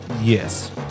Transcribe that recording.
Yes